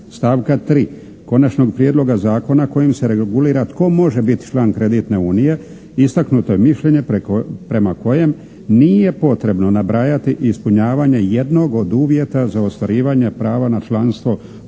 stavka 3. konačnog prijedloga zakona kojim se regulira tko može biti član kreditne unije istaknuto je mišljenje prema kojem nije potrebno nabrajati ispunjavanje jednog od uvjeta za ostvarivanje prava na članstvo u